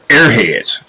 Airheads